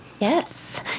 Yes